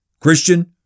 Christian